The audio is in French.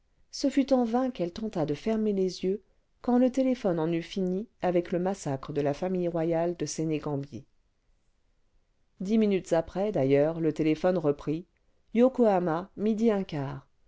ce fut en vain qu'elle tenta de fermer les yeux quand le téléphone en eut fini avec le massacre de la famille royale de sénêgambie le vingtième siècle dix minutes après d'ailleurs le téléphone reprit yokohama midi un quart